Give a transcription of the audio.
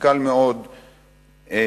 קל מאוד לפרסם,